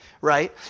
right